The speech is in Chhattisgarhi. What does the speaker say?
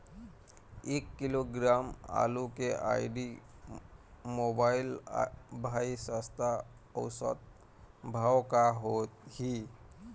एक किलोग्राम आलू के आईडी, मोबाइल, भाई सप्ता औसत भाव का होही?